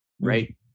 right